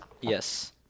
Yes